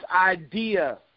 idea